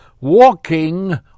walking